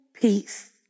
Peace